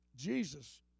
Jesus